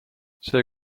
see